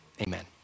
Amen